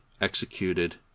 executed